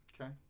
Okay